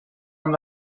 amb